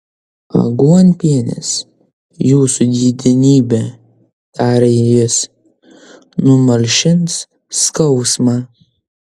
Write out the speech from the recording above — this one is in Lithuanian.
aguonpienis jūsų didenybe tarė jis numalšins skausmą